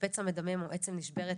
כשפצע מדמם או עצם נשברת,